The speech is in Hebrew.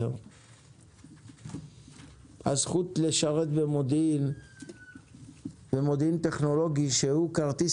10. הזכות לשרת במודיעין טכנולוגי שהוא כרטיס